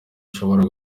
ishobora